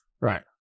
Right